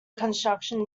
construction